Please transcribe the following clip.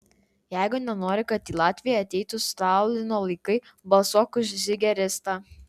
jeigu nenori kad į latviją ateitų stalino laikai balsuok už zigeristą